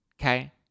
Okay